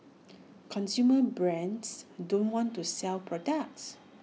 consumer brands don't want to sell products